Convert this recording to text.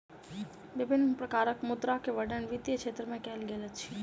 विभिन्न प्रकारक मुद्रा के वर्णन वित्तीय क्षेत्र में कयल गेल अछि